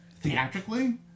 Theatrically